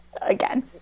Again